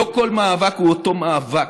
לא כל מאבק הוא אותו מאבק,